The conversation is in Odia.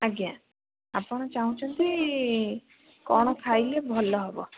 ଆଜ୍ଞା ଆପଣ ଚାହୁଁଛନ୍ତି କ'ଣ ଖାଇଲେ ଭଲ ହେବ